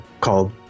called